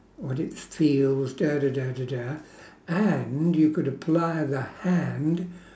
whats it feels and you could apply the hand